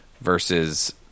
versus